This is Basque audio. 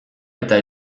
eta